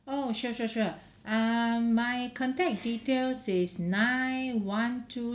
oh sure sure sure um my contact details is nine one two